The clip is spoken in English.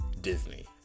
Disney